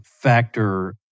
factor